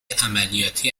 عملیاتی